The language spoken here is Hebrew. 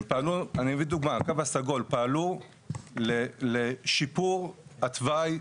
הם פעלו בקו הסגול לשיפור התוואי,